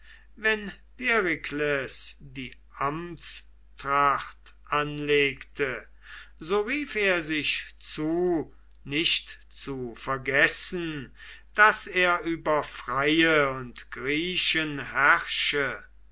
wenn perikles die amtstracht anlegte so rief er sich zu nicht zu vergessen daß er über freie und griechen herrsche